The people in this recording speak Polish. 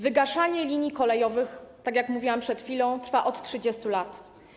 Wygaszanie linii kolejowych, tak jak mówiłam przed chwilą, trwa od 30 lat.